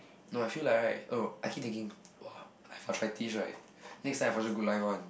no I feel like right oh I keep thinking !wah! I'm attractive right next time I for sure good life one